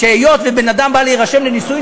שהיות שבן-אדם בא להירשם לנישואים,